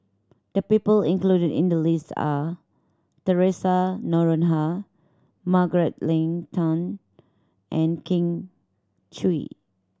the people included in the list are Theresa Noronha Margaret Leng Tan and Kin Chui